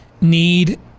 need